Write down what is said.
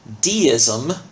deism